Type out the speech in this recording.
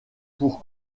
pour